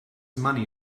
money